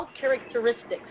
characteristics